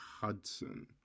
Hudson